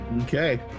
Okay